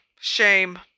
Shame